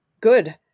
good